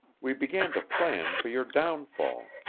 we began to plan for your downfall.